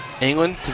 England